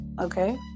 Okay